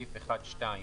בסעיף 1(2),